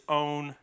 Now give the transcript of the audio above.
own